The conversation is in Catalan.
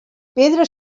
pedra